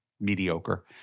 mediocre